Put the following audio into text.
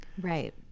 Right